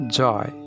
joy